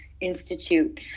Institute